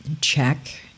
check